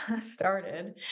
started